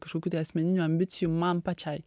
kažkokių tai asmeninių ambicijų man pačiai